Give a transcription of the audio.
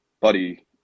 buddy